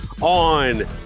on